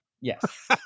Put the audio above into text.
Yes